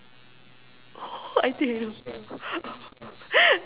I think I know